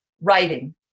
writing